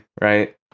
right